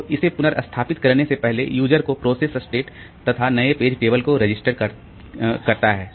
तो इसे पुनर्स्थापित करने से पहले यूजर को प्रोसेस स्टेट तथा नए पेज टेबल को रजिस्टर करता है